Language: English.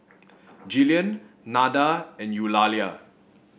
Jillian Nada and Eulalia